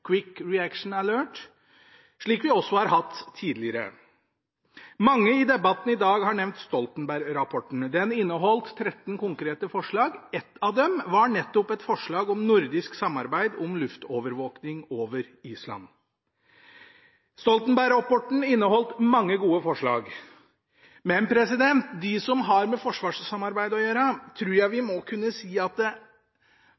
Quick Reaction Alert – slik vi også har hatt tidligere. Mange har i debatten i dag nevnt Stoltenberg-rapporten. Den inneholdt 13 konkrete forslag. Ett av dem var nettopp et forslag om nordisk samarbeid om luftovervåkning over Island. Stoltenberg-rapporten inneholdt mange gode forslag. Men av dem som har med forsvarssamarbeid å gjøre, tror jeg vi